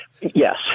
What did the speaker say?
Yes